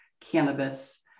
cannabis